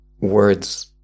words